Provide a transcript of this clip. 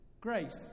grace